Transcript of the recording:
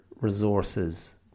resources